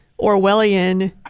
Orwellian